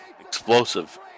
explosive